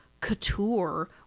Couture